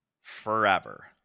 forever